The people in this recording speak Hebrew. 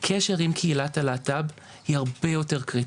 הקשר עם קהילת הלהט"ב הוא הרבה יותר קריטי,